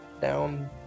down